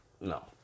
no